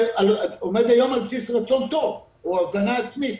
זה עומד היום על בסיס רצון טוב או הבנה עצמית.